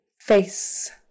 face